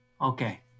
okay